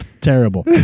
terrible